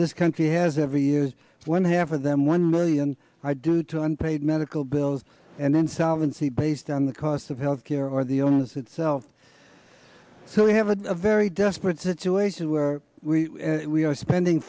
this country has ever used one half of them one million are due to unpaid medical bills and then some and see based on the cost of health care or the owners itself so we have a very desperate situation were we we are spending